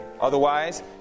Otherwise